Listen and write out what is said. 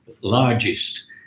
largest